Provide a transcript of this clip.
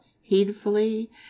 heedfully